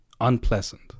unpleasant